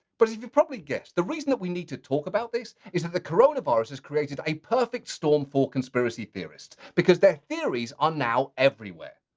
but as you've probably guessed, the reason that we need to talk about this, is that the coronavirus has created a perfect storm for conspiracies theorists because their theories are now everywhere.